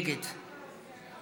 נגד